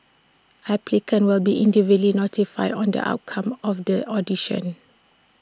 applicants will be individually notified on the outcome of the audition